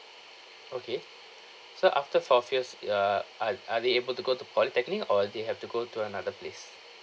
okay so after fourth years uh are are they able to go to polytechnic or they have to go to another place